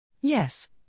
Yes